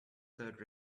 third